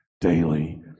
daily